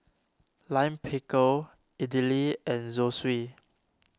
Lime Pickle Idili and Zosui